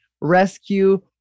rescue